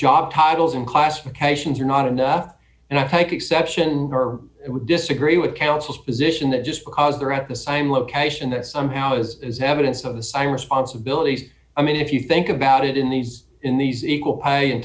job titles and classifications are not enough and i take exception or disagree with counsel's position that just because they are at the same location that somehow is evidence of this i responsibilities i mean if you think about it in these in these equal